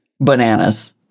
bananas